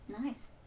Nice